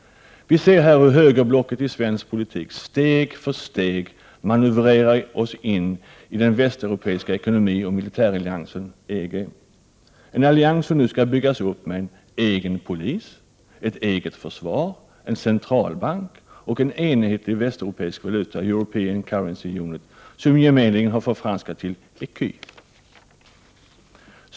Vi ser hur högerblocket i svensk politik steg för steg manövrerar oss in i den västeuropeiska ekonomioch militäralliansen EG, en allians som nu skall byggas upp med en egen polis, ett eget försvar, en centralbank och en enhetlig västeuropeisk valuta , gemenligen förfranskad till ecu.